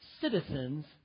citizens